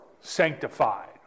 sanctified